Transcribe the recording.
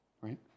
right